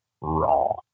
raw